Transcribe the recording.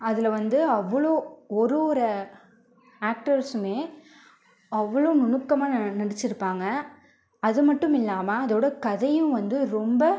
அதில் வந்து அவ்வளோ ஒரு ஒரு ஆக்ட்டர்ஸ்ஸுமே அவ்வளோ நுணுக்கமாக நடித்திருப்பாங்க அதுமட்டுமில்லாமல் அதோடு கதையும் வந்து ரொம்ப